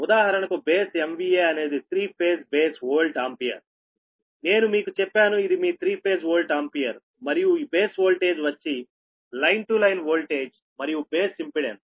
ఉదాహరణకు base MVA అనేది three phase base volt ఆంపియర్నేను మీకు చెప్పాను ఇది మీ త్రీ ఫేజ్ వోల్ట్ ఆంపియర్ మరియు ఈ బేస్ ఓల్టేజ్ వచ్చి లైన్ టు లైన్ ఓల్టేజ్ మరియు బేస్ ఇంపెడెన్స్